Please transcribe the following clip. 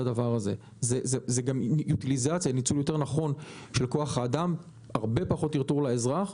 זה גם ניצול נכון יותר של כוח האדם והרבה פחות טרטור לאזרח,